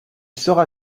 sera